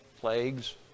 plagues